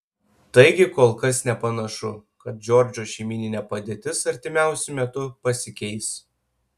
taigi kol kas nepanašu kad džordžo šeimyninė padėtis artimiausiu metu pasikeis